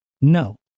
no